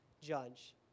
judge